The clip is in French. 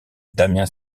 damien